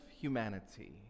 humanity